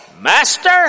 Master